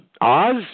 Oz